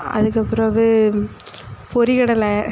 அதுக்குப் பிறகு பொரிகடலை